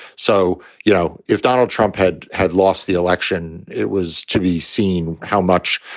so, you know, if donald trump had had lost the election, it was to be seen how much,